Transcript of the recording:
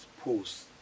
post